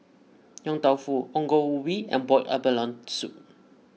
Yong Tau Foo Ongol Ubi and Boiled Abalone Soup